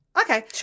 Okay